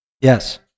Yes